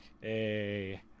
hey